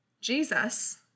Jesus